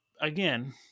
again